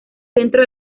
centro